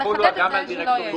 יחולו גם על דירקטורים מקומיים.